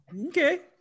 Okay